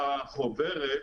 החוברת,